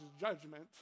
judgment